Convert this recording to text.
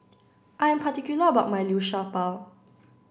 I am particular about my Liu Sha Bao